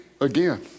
again